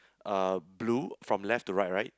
uh blue from left to right right